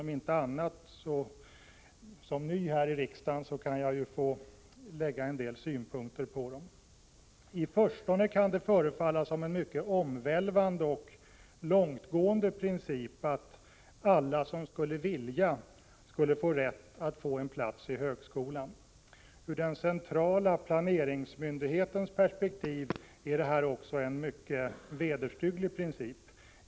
Om inte annat kan jag ju som ny här i kammaren få anlägga en del synpunkter på dem. I förstone kan det förefalla vara en mycket omvälvande och långtgående princip att alla som skulle vilja skulle ha rätt till en plats i högskolan. Ur den centrala planeringsmyndighetens perspektiv är det också en mycket vederstygglig princip.